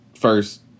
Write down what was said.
first